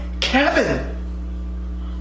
Kevin